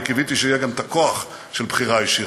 וקיוויתי שיהיה גם הכוח של בחירה ישירה.